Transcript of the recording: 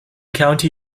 county